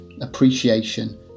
appreciation